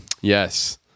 Yes